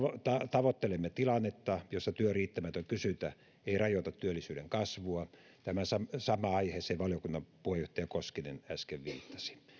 tavoittelemme tilannetta jossa työn riittämätön kysyntä ei rajoita työllisyyden kasvua tähän samaan aiheeseen valiokunnan puheenjohtaja koskinen äsken viittasi